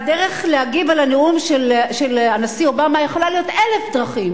הדרך להגיב על הנאום של הנשיא אובמה יכלה להיות אלף דרכים,